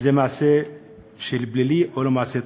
זה מעשה פלילי ולא מעשה טרור.